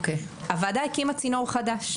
הוועדה הקימה צינור חדש.